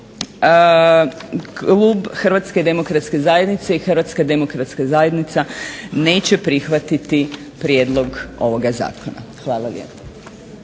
Hvala